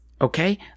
Okay